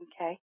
okay